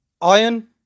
iron